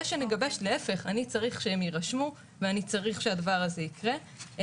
לגבש הוא צריך שהם יירשמו והוא צריך שהדבר הזה יקרה.